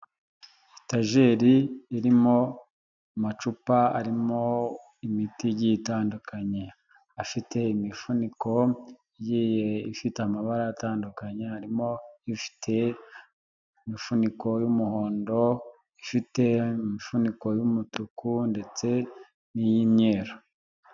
Etajeri irimo amacupa arimo imitigi igiye itandukanye afite imifuniko igiye ifite amabara atandukanye, harimo ifite umufuniko w'umuhondo ifite imifuniko y'umutuku ndetse n'iy'imyeru.